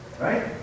Right